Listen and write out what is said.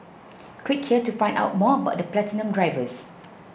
click here to find out more about the Platinum drivers